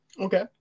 Okay